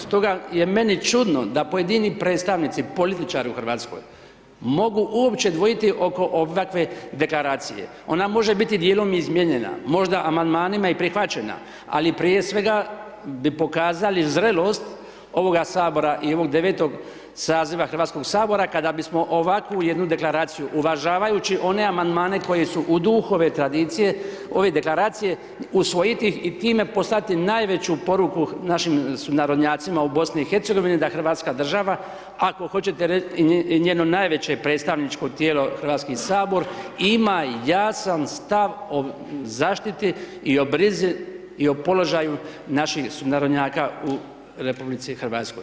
Stoga je meni čudno da pojedini predstavnici, političari u Hrvatskoj mogu uopće dvojiti oko ovakve deklaracije, ona može biti dijelom i izmijenjena, možda amandmanima i prihvaćena ali prije svega bi pokazali zrelost ovoga Sabora i ovog 9. saziva Hrvatskoga sabora kada bismo ovakvu jednu deklaraciju uvažavajući one amandmane koji su u duhu ove tradicije, ove deklaracije usvojiti ih i time poslati najveću poruku našim sunarodnjacima u BiH da Hrvatska država, ako hoćete i njeno najveće predstavničko tijelo Hrvatski sabor ima jasan stav o zaštiti i o brzi i o položaju naših sunarodnjaka u RH.